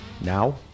Now